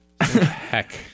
heck